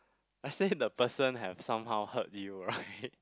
let say the person have somehow hurt you right